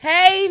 Hey